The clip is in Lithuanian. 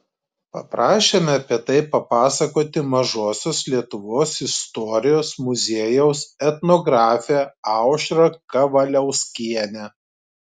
paprašėme apie tai papasakoti mažosios lietuvos istorijos muziejaus etnografę aušrą kavaliauskienę